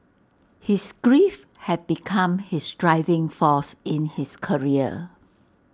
his grief had become his driving force in his career